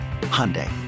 Hyundai